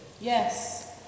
Yes